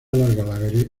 larga